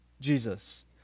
Jesus